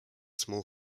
small